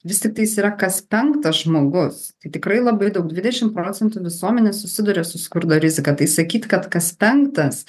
visi tiktais yra kas penktas žmogus tai tikrai labai daug dvidešimt procentų visuomenės susiduria su skurdo rizika tai sakyt kad kas penktas